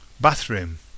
Bathroom